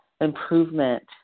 improvement